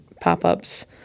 pop-ups